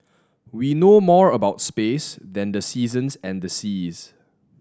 we know more about space than the seasons and the seas